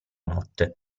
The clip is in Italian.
notte